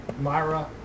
Myra